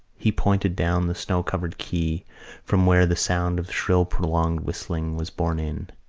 he pointed down the snow-covered quay from where the sound of shrill prolonged whistling was borne in.